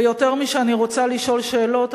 ויותר משאני רוצה לשאול שאלות,